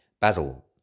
Basil